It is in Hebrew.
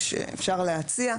אפשר להציע,